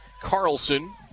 Carlson